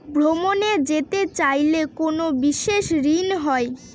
ভ্রমণে যেতে চাইলে কোনো বিশেষ ঋণ হয়?